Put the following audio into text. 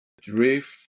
drift